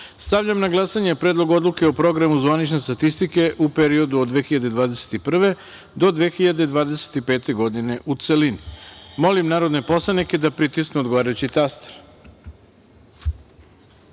na glasanje Predlog odluke o Programu zvanične statistike u periodu od 2021. do 2025. godine, u celini. Molim narodne poslanike da pritisnu odgovarajući